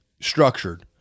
structured